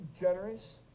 generous